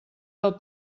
del